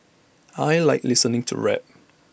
I Like listening to rap